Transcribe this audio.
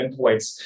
endpoints